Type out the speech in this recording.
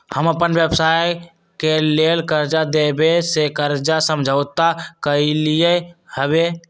हम अप्पन व्यवसाय के लेल कर्जा देबे से कर्जा समझौता कलियइ हबे